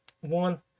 one